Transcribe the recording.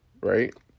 right